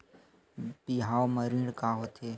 बिहाव म ऋण का होथे?